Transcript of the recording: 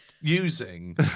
using